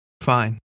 Fine